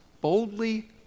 boldly